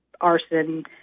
arson